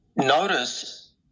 notice